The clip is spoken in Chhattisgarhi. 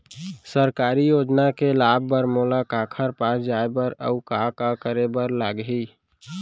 सरकारी योजना के लाभ बर मोला काखर पास जाए बर अऊ का का करे बर लागही?